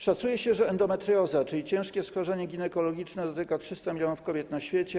Szacuje się, że endometrioza, czyli ciężkie schorzenie ginekologiczne, dotyka 300 mln kobiet na świecie.